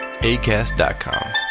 ACAST.COM